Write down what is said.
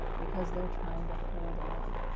because they are trying to hold on.